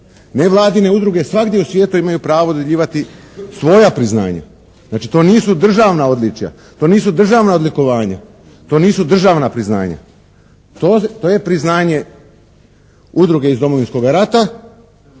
nevladine udruge svagdje u svijetu imaju pravo dodjeljivati svoja priznanja, znači to nisu državna odličja, to nisu državna odlikovanja, to nisu državna priznanja. To je priznanje udruge iz Domovinskoga rata